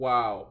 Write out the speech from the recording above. Wow